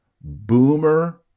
boomer